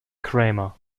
cramer